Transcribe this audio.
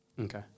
Okay